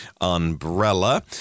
umbrella